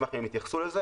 ואשמח אם הם יתייחסו לזה.